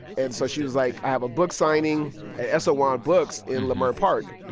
and so she was like, i have a book-signing at eso won books in leimert park.